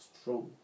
strong